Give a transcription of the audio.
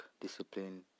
discipline